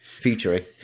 featuring